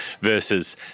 versus